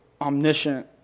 omniscient